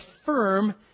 affirm